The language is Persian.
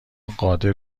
قادر